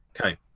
Okay